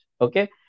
Okay